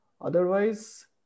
otherwise